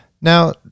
now